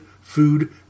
food